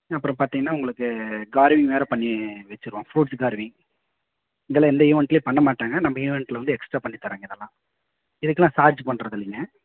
அப்புறம் பார்த்தீங்கன்னா உங்களுக்கு கார்விங் வேற பண்ணி வெச்சுர்றோம் ஃப்ரூட்ஸ் கார்வி இதெல்லாம் எந்த ஈவெண்ட்லயும் பண்ண மாட்டாங்கள் நம்ம ஈவெண்ட்டில் வந்து எக்ஸ்ட்ரா பண்ணித் தரோங்க இதெல்லாம் இதுக்கெல்லாம் சார்ஜு பண்ணுறதில்லைங்க